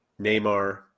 Neymar